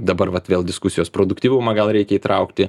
dabar vat vėl diskusijos produktyvumą gal reikia įtraukti